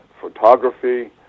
photography